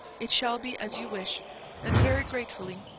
it shall be as you wish and very gratefully,